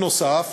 נוסף